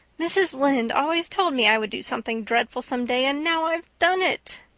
mrs. lynde always told me i would do something dreadful some day, and now i've done it!